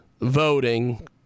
voting